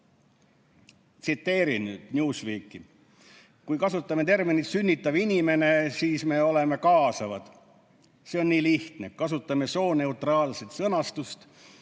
Tsiteerin Newsweeki: "Kui kasutame terminit "sünnitav inimene", siis me oleme kaasavad. See on nii lihtne. Kasutame sooneutraalset sõnastust,